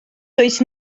does